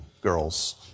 girls